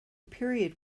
period